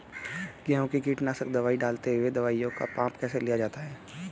गेहूँ में कीटनाशक दवाई डालते हुऐ दवाईयों का माप कैसे लिया जाता है?